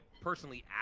personally